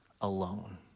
alone